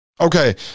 Okay